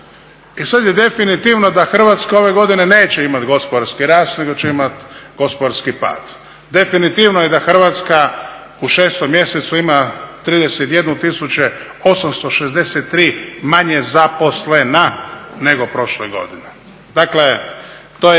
I sad je definitivno da Hrvatska ove godine neće imati gospodarski rast nego će imat gospodarski pad. Definitivno je da Hrvatska u šestom mjesecu ima 31 863 manje zaposlenih, nego prošle godine. Dakle, to je